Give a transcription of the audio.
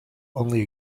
only